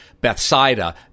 Bethsaida